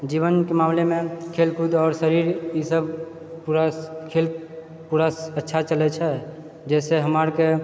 जीवनके मामलेमे खेलकूद आओर शरीर इसब पूरा खेल पूरा अच्छा चलय छै जहिसँ हमरा आरके